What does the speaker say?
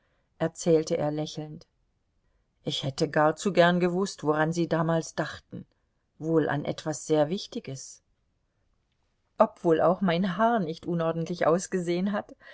erzählte er lächelnd ich hätte gar zu gern gewußt woran sie damals dachten wohl an etwas sehr wichtiges ob wohl auch mein haar nicht unordentlich ausgesehen hat